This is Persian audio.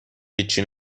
هیچی